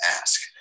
ask